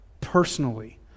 personally